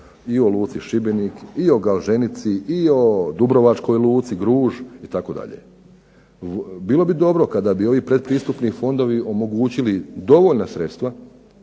i o luci Šibenik i o Gaženici i o Dubrovačkoj luci Gruž itd. bilo bi dobro kada bi ovi pretpristupni fondovi omogućili dovoljno sredstva